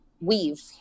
weave